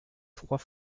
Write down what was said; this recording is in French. trois